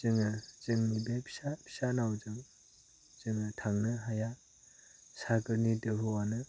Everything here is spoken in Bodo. जोङो जोंनि बे फिसा फिसा नावजों जोङो थांनो हाया सागोरनि दोहौआनो